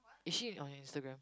is she on your Instagram